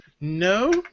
No